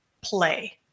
play